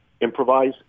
improvise